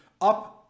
up